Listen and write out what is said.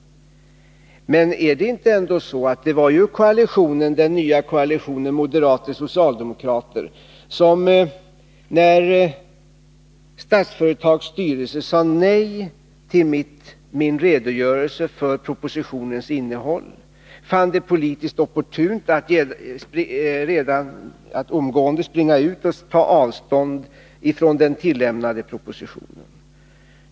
Men var det ändå inte den nya koalitionen moderater-socialdemokrater som, när Statsföretags styrelse sade nej till min redogörelse för propositionens innehåll, fann det politiskt opportunt att omgående springa ut och ta avstånd från den tillämnade propositionen?